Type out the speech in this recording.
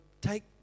take